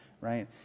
right